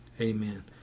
Amen